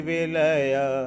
Vilaya